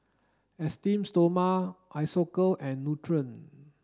Esteem Stoma Isocal and Nutren